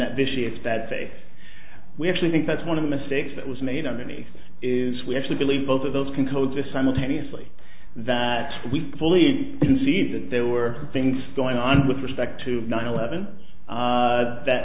say we actually think that's one of the mistakes that was made underneath us is we actually believe both of those can co exist simultaneously that we fully concede that there were things going on with respect to nine eleven that